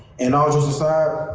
and all jokes aside,